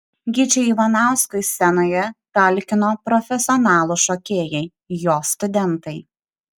gyčiui ivanauskui scenoje talkino profesionalūs šokėjai jo studentai